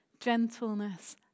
gentleness